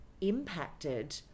impacted